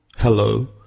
Hello